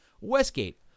Westgate